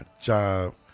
job